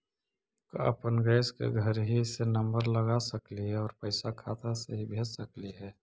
का अपन गैस के घरही से नम्बर लगा सकली हे और पैसा खाता से ही भेज सकली हे?